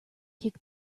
kick